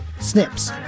Snips